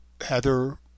Heather